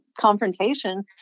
confrontation